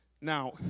Now